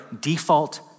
default